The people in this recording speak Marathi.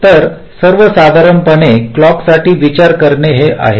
तर सर्वसाधारण क्लॉकसाठी विचार करणे हे आहे